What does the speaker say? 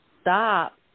stop